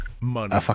money